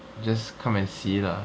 just come and see lah